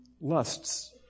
lusts